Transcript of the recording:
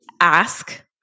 ask